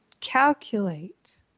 calculate